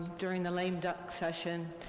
during the lame duck session,